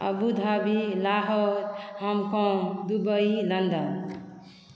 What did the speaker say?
Abu Dhabi Lahore Hong Kong Dubai London